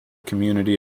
community